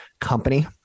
company